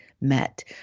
met